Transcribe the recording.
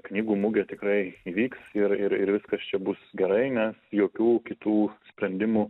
knygų mugė tikrai įvyks ir ir ir viskas čia bus gerai nes jokių kitų sprendimų